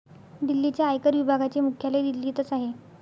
दिल्लीच्या आयकर विभागाचे मुख्यालय दिल्लीतच आहे